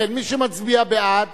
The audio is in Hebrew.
לכן, מי שמצביע בעד,